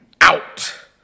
out